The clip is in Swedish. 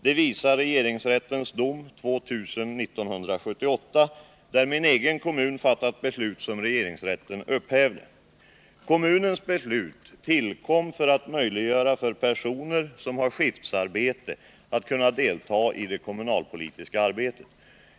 Det visar regeringsrättens dom , där regeringsrätten upphävde beslut som min egen hemkommun fattat. Kommunens beslut tillkom för att möjliggöra för personer som har skiftarbete att delta i det kommunalpolitiska arbetet.